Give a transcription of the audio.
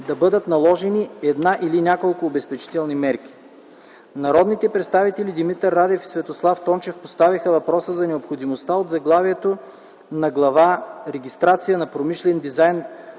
да бъдат наложени една или няколко обезпечителни мерки. Народните представители Димитър Радев и Светослав Тончев поставиха въпроса за необходимостта от заглавието на глава „Регистрация на промишлен дизайн